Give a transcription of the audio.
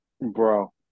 Bro